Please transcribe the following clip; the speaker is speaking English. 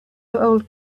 old